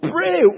Pray